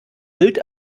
bild